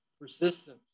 Persistence